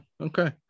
Okay